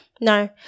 No